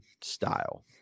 style